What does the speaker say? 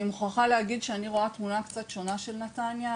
אני מוכרחה להגיד שאני רואה תמונה קצת שונה של נתניה.